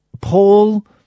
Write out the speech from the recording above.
paul